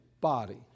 body